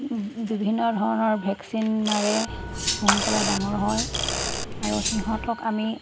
বিভিন্ন ধৰণৰ ভেকচিন মাৰে সোনকালে ডাঙৰ হয় আৰু সিহঁতক আমি